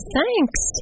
Thanks